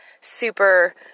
super